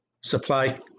supply